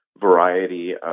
variety